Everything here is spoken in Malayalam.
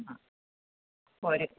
ആ പോര്